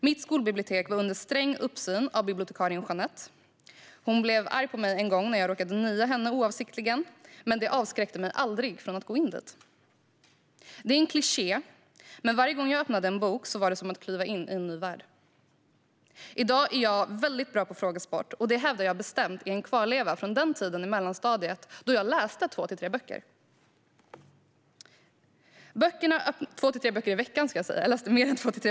Mitt skolbibliotek hölls under sträng uppsikt av bibliotekarien Jeanette. Hon blev arg på mig en gång när jag oavsiktligt råkade nia henne, men det avskräckte mig aldrig från att gå in dit. Det är en kliché, men varje gång jag öppnade en bok var det som att kliva in i en ny värld. I dag är jag väldigt bra på frågesport, och det hävdar jag bestämt är en kvarleva från den tiden i mellanstadiet då jag läste två till tre böcker i veckan.